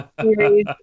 series